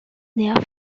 their